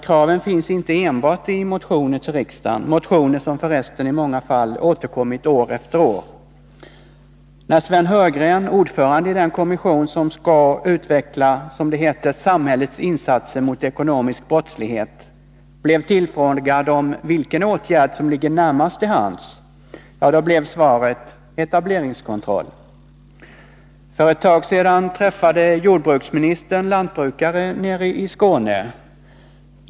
Kraven finns inte enbart i motioner till riksdagen, motioner som förresten i många fall återkommit år efter år. När Sven Heurgren, ordförande i den kommission som skall utveckla, som det heter, samhällets insats mot ekonomisk brottslighet, blev tillfrågad om vilken åtgärd som ligger närmast till hands blev svaret: ”Etableringskontroll.” För ett tag sedan träffade jordbruksministern lantbrukare nere i Skåne.